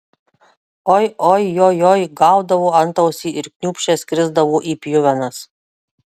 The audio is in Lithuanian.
oi oi joj joj gaudavo antausį ir kniūpsčias krisdavo į pjuvenas